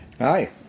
Hi